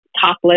topless